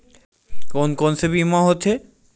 कोन कोन से बीमा होथे?